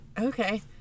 Okay